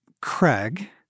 Craig